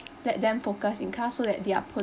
let them focus in class so that they are